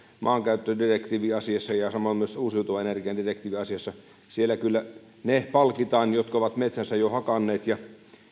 maankäyttödirektiiviasiassa ja samoin myös uusiutuvan energian direktiiviasiassa siellä kyllä ne palkitaan jotka ovat metsänsä jo hakanneet ja